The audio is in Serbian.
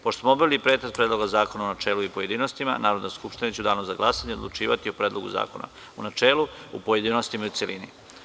Pošto smo obavili pretres Predloga zakona u načelu i u pojedinostima, Narodna skupština će u Danu za glasanje odlučivati o Predlogu zakona u načelu, pojedinostima i u celini.